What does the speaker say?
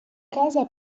casa